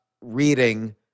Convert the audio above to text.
reading